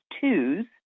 twos